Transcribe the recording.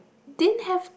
didn't have